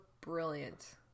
brilliant